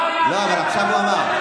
לא, אבל עכשיו הוא אמר.